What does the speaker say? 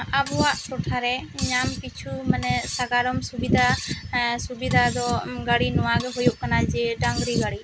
ᱟᱵᱚᱣᱟᱜ ᱴᱚᱴᱷᱟ ᱨᱮ ᱧᱟᱢ ᱯᱤᱪᱷᱩ ᱢᱟᱱᱮ ᱥᱟᱜᱟᱲᱚᱢ ᱥᱩᱵᱤᱫᱷᱟ ᱥᱩᱵᱤᱫᱷᱟ ᱫᱚ ᱜᱟᱹᱰᱤ ᱱᱚᱣᱟ ᱜᱮ ᱦᱩᱭᱩᱜ ᱠᱟᱱᱟ ᱡᱮ ᱰᱟᱝᱨᱤ ᱜᱟᱹᱰᱤ